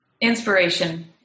inspiration